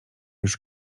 już